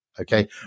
Okay